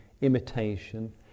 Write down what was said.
imitation